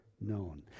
known